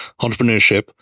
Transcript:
entrepreneurship